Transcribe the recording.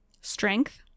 strength